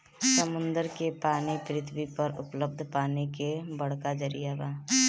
समुंदर के पानी पृथ्वी पर उपलब्ध पानी के बड़का जरिया बा